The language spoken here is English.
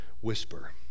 whisper